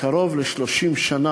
נמצא בכלא קרוב ל-30 שנה.